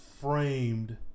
framed